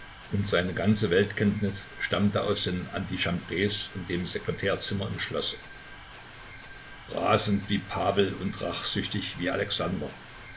und seine ganze weltkenntnis stammte aus den antichambres und dem sekretärzimmer im schlosse rasend wie pawel und rachsüchtig wie alexander